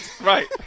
Right